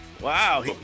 Wow